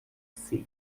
six